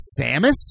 Samus